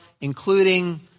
including